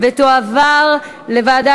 לוועדה